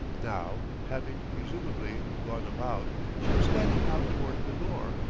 now, having presumably, gone about, she was standing out toward the nore,